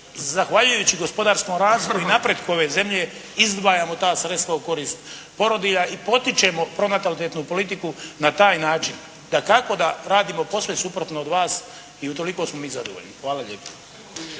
zahvaljujući gospodarskom rastu i napretku ove zemlje izdvajamo ta sredstva u korist porodilja i potičemo pronatalitetnu politiku na taj način. Dakako da radimo posve suprotno od vas i utoliko smo mi zadovoljni. Hvala lijepo.